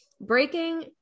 breaking